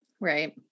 Right